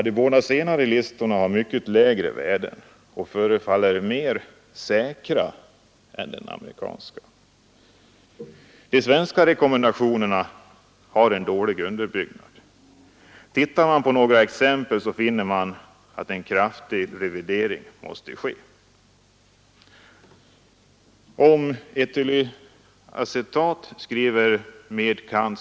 De båda senare listorna har mycket lägre värden och förefaller mer säkra än den amerikanska. De svenska rekommendationerna har en dålig underbyggnad. Tittar vi på några exempel finner vi att en kraftig revidering måste ske. Om etylacetat skriver med. kand.